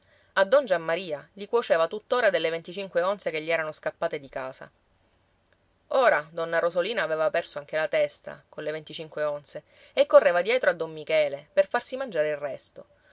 a don giammaria gli cuoceva tuttora delle venticinque onze che gli erano scappate di casa ora donna rosolina aveva perso anche la testa colle venticinque onze e correva dietro a don michele per farsi mangiare il resto